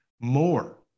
more